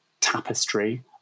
tapestry